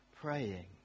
praying